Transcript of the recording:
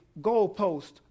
goalpost